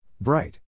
Bright